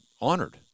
honored